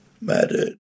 matter